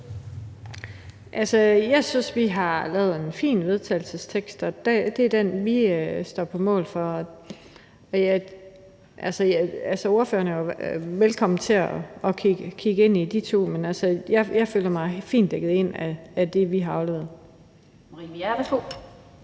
Jeg synes, vi har lavet en fin vedtagelsestekst, og det er den, vi står på mål for. Ordføreren er jo velkommen til at kigge ind i de to tekster, men jeg føler mig fint dækket ind af det, vi har afleveret.